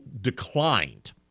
declined